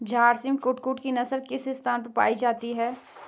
झारसिम कुक्कुट की नस्ल किस स्थान पर पाई जाती है?